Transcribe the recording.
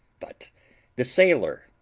but the sailor,